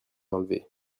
enlevé